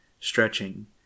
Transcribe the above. stretching